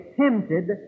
tempted